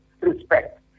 respect